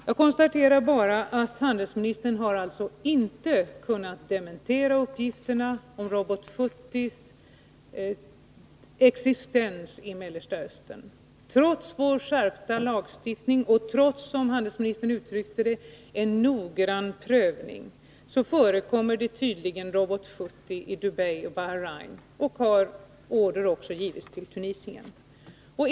Jag konstaterar bara att handelsministern inte har kunnat dementera uppgifterna om robotsystem 70:s existens i Mellersta Östern. Trots vår skärpta lagstiftning och trots en, som handelsministern uttryckte det, noggrann prövning förekommer tydligen Robot 70 i Dubai och Bahrein och order till Tunisien.